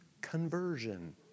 conversion